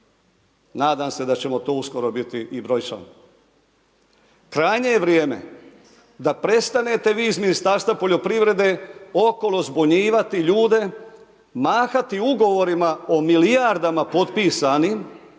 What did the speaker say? Nadam se da ćemo to uskoro biti i brojčano. Krajnje je vrijeme da prestanete vi iz Ministarstva poljoprivrede okolo zbunjivati ljude, mahati ugovorima o milijardama potpisanim